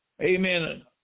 Amen